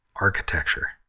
architecture